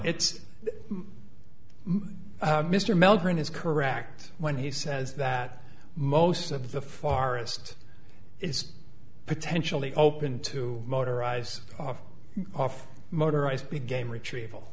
it's mr melbourne is correct when he says that most of the forest is potentially open to motorized off off motorized game retrieval